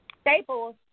Staples